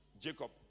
Jacob